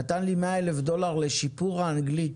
נתן לי מאה אלף דולר לשיפור האנגלית